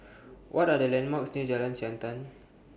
What Are The landmarks near Jalan Siantan